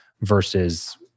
versus